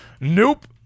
nope